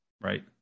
right